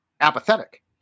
apathetic